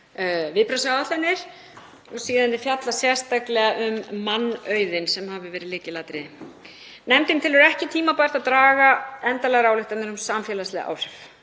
viðbragðsáætlanir. Síðan er fjallað sérstaklega um mannauðinn sem hafi verið lykilatriði. Nefndin telur ekki tímabært að draga endanlegar ályktanir um samfélagsleg áhrif